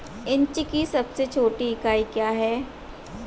Inch की सबसे छोटी इकाई क्या है?